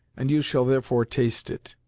and you shall therefore taste it.